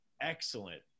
excellent